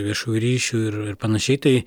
viešųjų ryšių ir ir panašiai tai